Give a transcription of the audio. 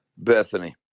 Bethany